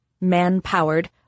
man-powered